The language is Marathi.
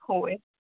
होय